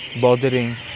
bothering